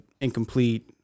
incomplete